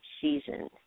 season